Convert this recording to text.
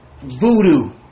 Voodoo